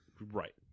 Right